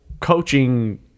coaching